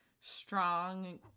strong